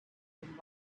been